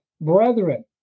brethren